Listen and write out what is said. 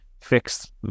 fix